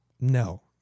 no